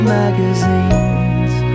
magazines